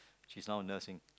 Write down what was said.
she's now nursing